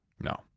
No